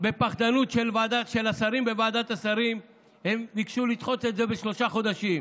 של השרים בוועדת השרים הם ביקשו לדחות את זה בשלושה חודשים.